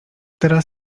teraz